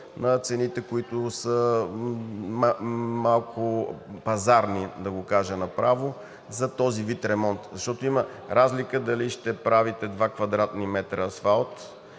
на цените, които са малко пазарни, да го кажа направо, за този вид ремонт. Защото има разлика дали ще правите два квадратни метра асфалт,